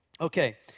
Okay